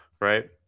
right